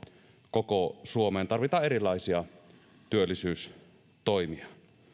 koko suomeen tarvitaan erilaisia työllisyystoimia